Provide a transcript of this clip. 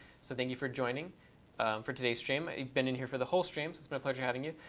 so thank you for joining for today's stream. you've been in here for the whole stream. it's been a pleasure having you.